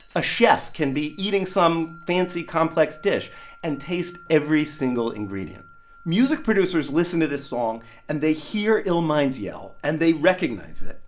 a chef can be eating some fancy, complex dish and taste every single ingredient music producers listen to this song, and they hear illmind's yell, and they recognize it.